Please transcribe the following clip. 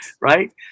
right